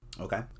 Okay